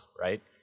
right